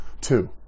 Two